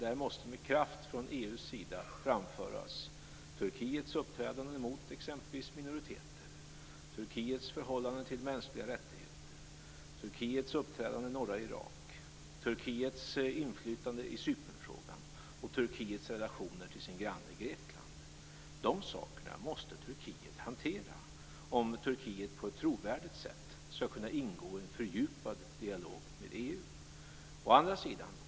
Där måste med kraft från EU:s sida framföras Turkiets uppträdande gentemot exempelvis minoriteter, Turkiets förhållande till mänskliga rättigheter, Turkiets uppträdande i norra Irak, Turkiets inflytande i Cypernfrågan och Turkiets relationer till sin granne Grekland. De sakerna måste Turkiet hantera om Turkiet på ett trovärdigt sätt skall kunna ingå i en fördjupad dialog med EU.